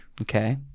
Okay